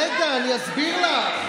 רגע, אני אסביר לך.